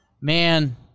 Man